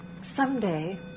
Someday